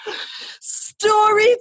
story